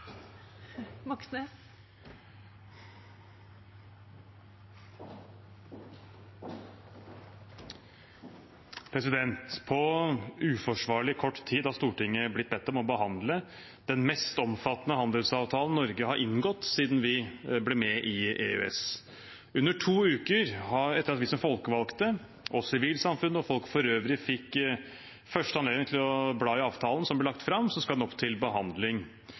På uforsvarlig kort tid har Stortinget blitt bedt om å behandle den mest omfattende handelsavtalen Norge har inngått siden vi ble med i EØS. Under to uker etter at vi som folkevalgte og sivilsamfunn og folk for øvrig fikk første anledning til å bla i avtalen som ble lagt fram, skal den opp til behandling.